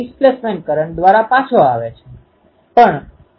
હવે એન્ટેના અક્ષો એરે X અક્ષની બહાર હશે